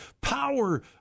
power